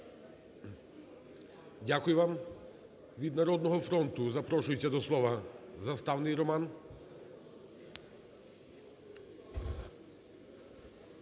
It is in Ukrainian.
Дякую вам. Від "Народного фронту" запрошується до слова Заставний Роман.